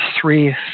three